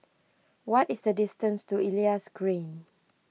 what is the distance to Elias Green